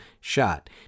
shot